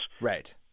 right